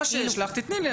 מה שיש לך תני לי.